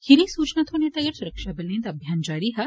खीरी सूचना थ्होने तोड़ी सुरक्षाबलें दा अभियान जारी हा